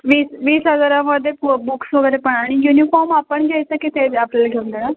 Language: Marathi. वीस वीस हजारामध्ये पु बुक्स वगैरे पण आणि युनिफॉम आपण घ्यायचा की ते आपल्याला घेऊन देणार